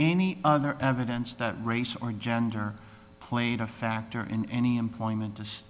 any other evidence that race or gender playing a factor in any employment